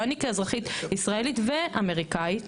ואני כאזרחית ישראלית ואמריקאית,